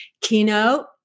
Keynote